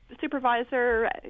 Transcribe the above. supervisor